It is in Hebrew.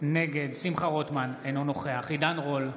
נגד שמחה רוטמן, אינו נוכח עידן רול,